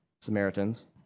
Samaritans